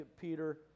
Peter